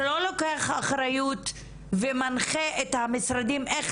שלא לוקח אחריות ומנחה את המשרדים איך